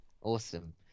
awesome